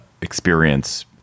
experience